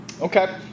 Okay